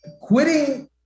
Quitting